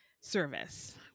service